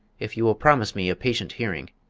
if you will promise me a patient hearing.